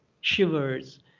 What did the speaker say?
shivers